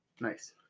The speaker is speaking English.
nice